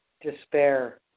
despair